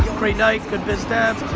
great night. good biz dev,